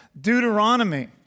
Deuteronomy